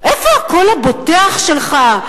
איפה הקול הבוטח שלך?